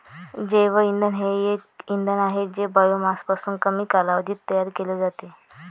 जैवइंधन हे एक इंधन आहे जे बायोमासपासून कमी कालावधीत तयार केले जाते